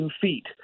feet